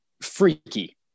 freaky